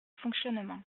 fonctionnement